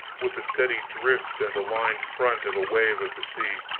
with the steady drift and aligned front of a wave of the sea.